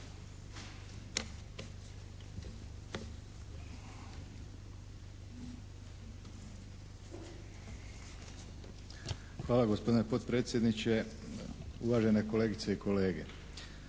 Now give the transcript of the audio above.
Hvala gospodine potpredsjedniče. Uvažene kolegice i kolege.